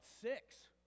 six